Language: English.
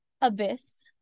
abyss